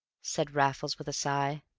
said raffles, with a sigh.